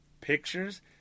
Pictures